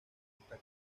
está